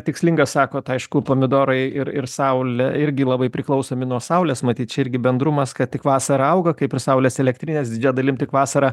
tikslinga sakot aišku pomidorai ir ir saulė irgi labai priklausomi nuo saulės matyt irgi bendrumas kad tik vasarą auga kaip ir saulės elektrinės didžia dalim tik vasarą